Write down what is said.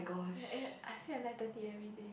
yeah I sleep at nine thirty everyday